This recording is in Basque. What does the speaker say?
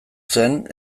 zen